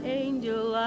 angel